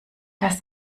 weiß